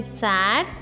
sad